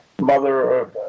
mother